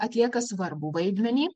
atlieka svarbų vaidmenį